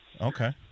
Okay